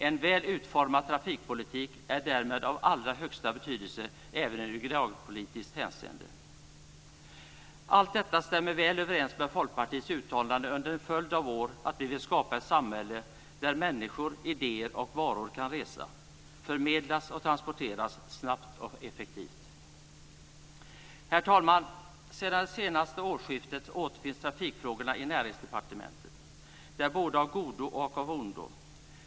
En väl utformad trafikpolitik är därmed av allra största betydelse även i regionalpolitiskt hänseende. Allt detta stämmer väl överens med Folkpartiets uttalande under en följd av år, att vi vill skapa ett samhälle där människor, idéer och varor kan resa, förmedlas och transporteras snabbt och effektivt. Herr talman! Sedan det senaste årsskiftet återfinns trafikfrågorna i Näringsdepartementet. Det är både av godo och av ondo.